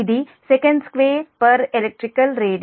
ఇది sec2 elect radian